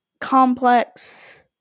complex